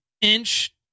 inch